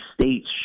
state's